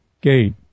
gate